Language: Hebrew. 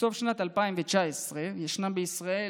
בסוף שנת 2019 יש בישראל